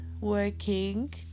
working